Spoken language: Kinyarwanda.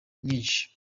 nyinshi